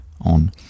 on